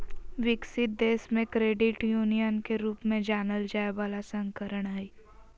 विकसित देश मे क्रेडिट यूनियन के रूप में जानल जाय बला संस्करण हइ